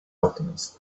alchemist